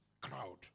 crowd